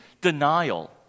denial